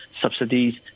subsidies